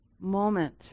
moment